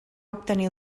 obtenir